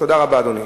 תודה רבה, אדוני.